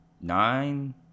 nine